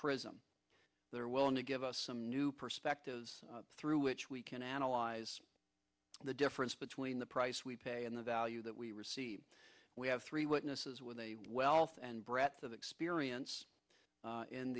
prism they're willing to give us some new perspectives through which we can analyze the difference between the price we pay and the value that we receive we have three witnesses with a wealth and brett experience